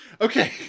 Okay